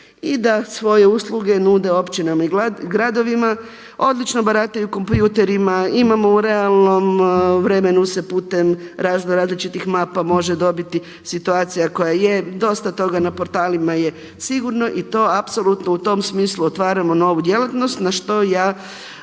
i da svoje usluge nude općinama i gradovima, odlično barataju kompjuterima, imamo u realnom vremenu se putem razno raznih mapa može dobiti situacija koja je. Dosta toga na portalima je sigurno i to apsolutno u tom smislu otvaramo novu djelatnost na što ja